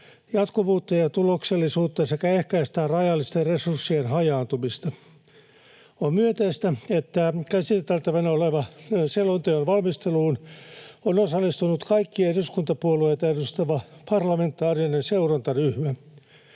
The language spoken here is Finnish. jatkuvuutta ja tuloksellisuutta sekä ehkäistään rajallisten resurssien hajaantumista. On myönteistä, että käsiteltävänä olevan selonteon valmisteluun on osallistunut kaikkia eduskuntapuolueita edustava parlamentaarinen seurantaryhmä.